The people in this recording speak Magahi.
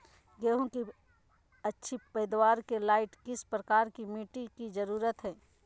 गेंहू की अच्छी पैदाबार के लाइट किस प्रकार की मिटटी की जरुरत है?